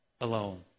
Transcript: alone